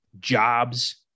Jobs